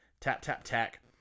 tap-tap-tack